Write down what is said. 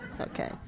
Okay